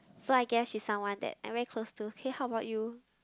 so I guess she is someone that I'm very close to hey how about you